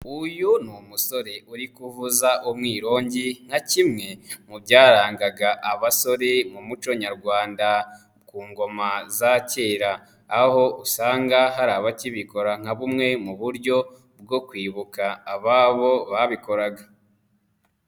Uyu ni umusore uri kuvuza umwirongi nka kimwe mu byarangaga abasore mu muco nyarwanda ku ngoma za kera, aho usanga hari abakibikora nka bumwe mu buryo bwo kwibuka ababo babikoraga.